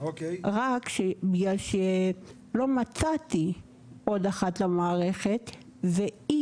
רק שבגלל שלא מצאתי עוד אחת למערכת והיא